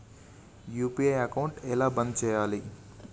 UPI account ఎలా బంద్ చేయాలి?